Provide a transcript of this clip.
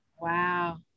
Wow